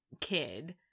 kid